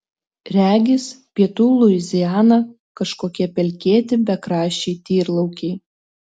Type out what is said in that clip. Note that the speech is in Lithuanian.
regis pietų luiziana kažkokie pelkėti bekraščiai tyrlaukiai